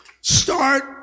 Start